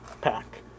pack